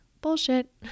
bullshit